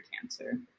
cancer